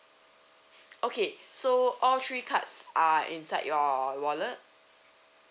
okay so all three cards are inside your wallet